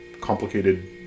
complicated